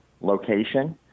location